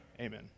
Amen